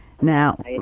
Now